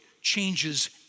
changes